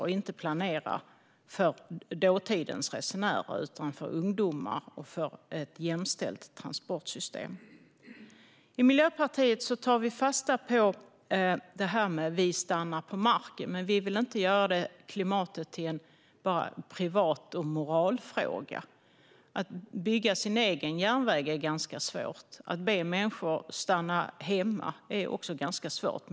Vi ska inte planera för dåtidens resenärer utan för ungdomar och för ett jämställt transportsystem. I Miljöpartiet tar vi fasta på det här med "vi stannar på marken", men vi vill inte göra klimatet till en privat moralfråga. Att bygga sin egen järnväg är ganska svårt. Att be människor stanna hemma är också ganska svårt.